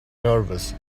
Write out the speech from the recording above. nervous